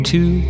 Two